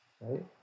right